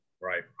Right